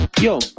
Yo